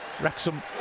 Wrexham